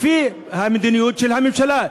לפי המדיניות של הממשלה,